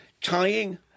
tying